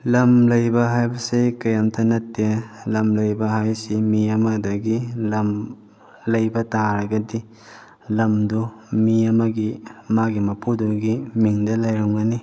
ꯂꯝ ꯂꯩꯕ ꯍꯥꯏꯕꯁꯦ ꯀꯔꯤꯝꯇ ꯅꯠꯇꯦ ꯂꯝ ꯂꯩꯕ ꯍꯥꯏꯁꯤ ꯃꯤ ꯑꯃꯗꯒꯤ ꯂꯝ ꯂꯩꯕ ꯇꯥꯔꯒꯗꯤ ꯂꯝꯗꯨ ꯃꯤ ꯑꯃꯒꯤ ꯃꯥꯒꯤ ꯃꯄꯨꯗꯨꯒꯤ ꯃꯤꯡꯗ ꯂꯩꯔꯝꯒꯅꯤ